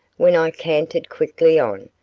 when i cantered quickly on,